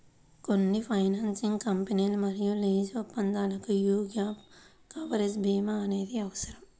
కొన్ని ఫైనాన్సింగ్ కంపెనీలు మరియు లీజు ఒప్పందాలకు యీ గ్యాప్ కవరేజ్ భీమా అనేది అవసరం